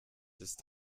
ist